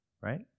right